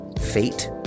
fate